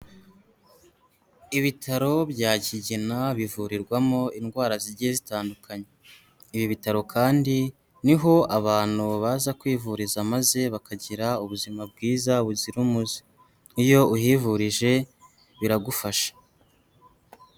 Ibitaro bya Kigina bivurirwamo indwara zigiye zitandukanye, ibi bitaro kandi niho abantu baza kwivuriza maze bakagira ubuzima bwiza buzira umuze, iyo uhivurije biragufasha.